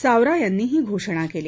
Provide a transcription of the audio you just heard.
सावरा यांनी ही घोषणा केली